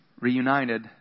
reunited